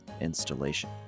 installation